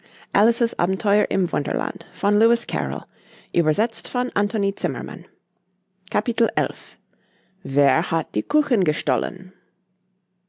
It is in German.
wer hat die kuchen gestohlen